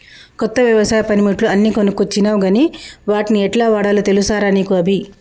కొత్త వ్యవసాయ పనిముట్లు అన్ని కొనుకొచ్చినవ్ గని వాట్ని యెట్లవాడాల్నో తెలుసా రా నీకు అభి